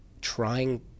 trying